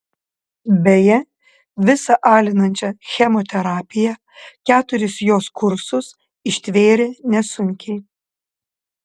beje visą alinančią chemoterapiją keturis jos kursus ištvėrė nesunkiai